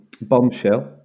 Bombshell